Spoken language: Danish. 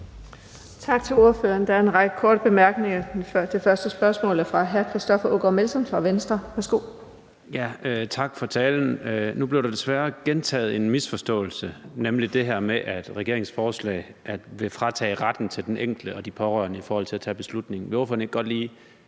Tak til ordføreren. Der er en række korte bemærkninger. Det første spørgsmål er fra hr. Christoffer Aagaard Melson fra Venstre. Værsgo. Kl. 16:45 Christoffer Aagaard Melson (V): Tak for talen. Nu blev der desværre gentaget en misforståelse, nemlig det her med, at regeringens forslag vil fratage den enkelte og de pårørende retten til at tage beslutningen. Vil ordføreren ikke godt lige